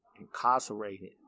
incarcerated